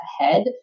ahead